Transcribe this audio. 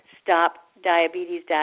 stopdiabetes